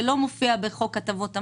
שלא מופיע בחוק הטבות המס,